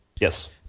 Yes